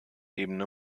ebene